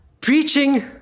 Preaching